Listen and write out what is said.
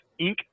Inc